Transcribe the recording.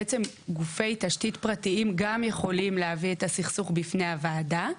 גופי תשתית פרטיים גם יכולים להביא את הסכסוך בפני הוועדה,